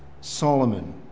Solomon